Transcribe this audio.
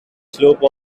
slope